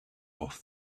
off